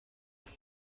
beth